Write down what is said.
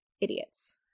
idiots